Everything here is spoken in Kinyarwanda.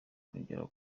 kugera